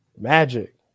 Magic